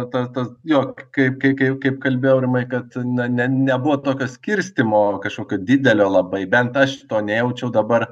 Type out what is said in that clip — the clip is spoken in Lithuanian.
tas tas jo kaip kaip kaip kaip kalbėjau aurimai kad na ne nebuvo tokio skirstymo kažkokio didelio labai bent aš to nejaučiau dabar